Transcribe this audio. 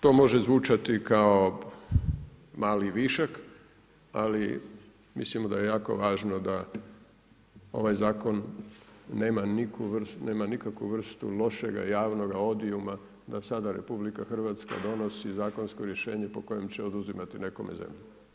To može zvučati kao mali višak ali mislimo da je jako važno da ovaj zakon nema nikakvu vrstu lošega, javnoga odiuma da sada RH donosi zakonsko rješenje po kojem će oduzimati nekome zemlju.